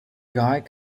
guided